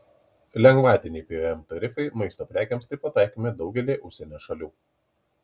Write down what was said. lengvatiniai pvm tarifai maisto prekėms taip pat taikomi daugelyje užsienio šalių